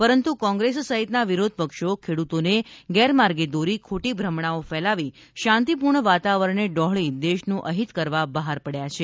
પરંતુ કોંગ્રેસ સહિતના વિરોધપક્ષો ખેડૂતોને ગેરમાર્ગે દોરી ખોટી ભ્રમણાઓ ફેલાવી શાંતિપૂર્ણ વાતાવરણને ડહોળી દેશનું અહિત કરવા બહાર પડ્યા છે